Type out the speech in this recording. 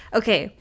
okay